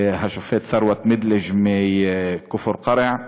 השופט ת'רות מדלג' מכפר-קרע,